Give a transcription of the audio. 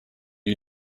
you